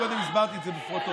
קודם הסברתי את זה בפרוטרוט.